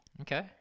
Okay